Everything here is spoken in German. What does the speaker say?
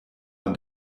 man